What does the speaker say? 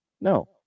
No